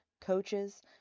coaches